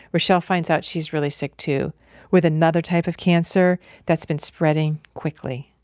reshell finds out she's really sick too with another type of cancer that's been spreading quickly